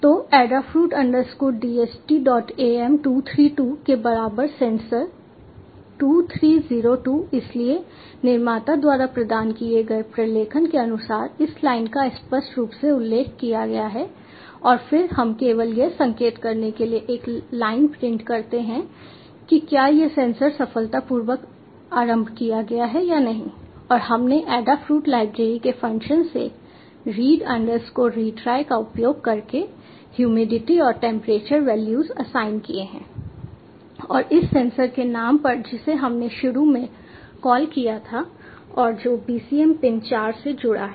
तो Adafruit DHTAM232 के बराबर सेंसर 2302 इसलिए निर्माता द्वारा प्रदान किए गए प्रलेखन के अनुसार इस लाइन का स्पष्ट रूप से उल्लेख किया गया है और फिर हम केवल यह संकेत करने के लिए एक लाइन प्रिंट करते हैं कि क्या यह सेंसर सफलतापूर्वक आरम्भ किया गया है या नहीं और हमने एडाफ्रूट लाइब्रेरी के फंक्शन से read retry का उपयोग करके ह्यूमिडिटी और टेंपरेचर वैल्यूज़ असाइन किए हैं और इस सेंसर के नाम पर जिसे हमने शुरू में कॉल किया था और जो BCM पिन 4 से जुड़ा है